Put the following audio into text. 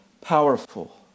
powerful